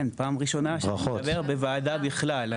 כן, פעם ראשונה שאני מדבר בוועדה בכלל.